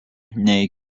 nei